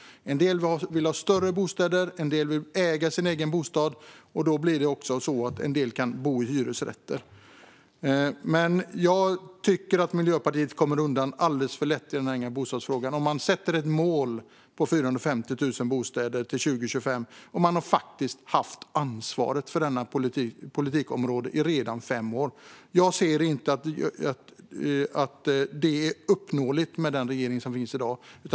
En del vill ha en större bostad, och en del vill äga sin bostad. Då blir det också så att en del kan bo i hyresrätter. Jag tycker att Miljöpartiet kommer undan alldeles för lätt i bostadsfrågan. Om man sätter ett mål på 450 000 bostäder till 2025, och man faktiskt har haft ansvaret för detta politikområde i fem år, ser inte jag att detta mål är möjligt att nå med den regering som vi har i dag.